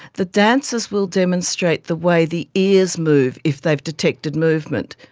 the dancers will demonstrate the way the ears move if they have detected movement.